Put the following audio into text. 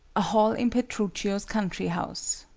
a hall in petruchio's country house.